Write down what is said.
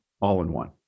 all-in-one